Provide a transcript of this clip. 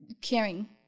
caring